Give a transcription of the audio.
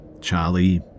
Charlie